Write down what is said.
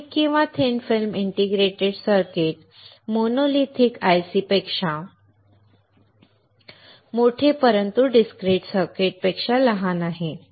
तर थिक किंवा thin film integrated circuits monolithic ICs पेक्षा मोठे परंतु डिस्क्रिट सर्किट्स पेक्षा लहान आहेत